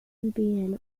البيانو